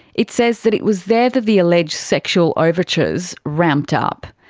it says that it was there that the alleged sexual overtures ramped up.